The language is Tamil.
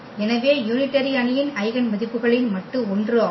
எனவே யூனிடரி அணியின் ஐகென் மதிப்புகளின் மட்டு ஒன்று ஆகும்